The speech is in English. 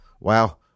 wow